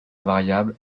variable